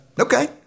Okay